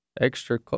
extra